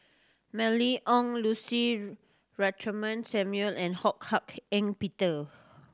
Mylene Ong Lucy Samuel and Ho Hak Ean Peter